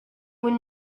were